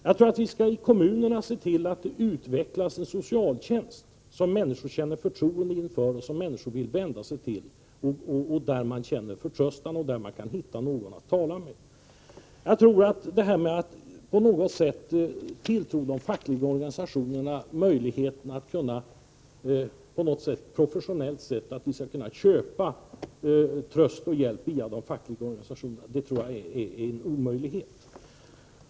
Jag tror att vi skall se till att det ute i kommunerna utvecklas en socialtjänst som människor känner förtroende inför och som de vill vända sig till, en socialtjänst där de känner förtröstan och kan finna någon att tala med. Att människor på något sätt skulle kunna köpa professionell hjälp och tröst via de fackliga organisationerna är enligt min uppfattning en omöjlighet.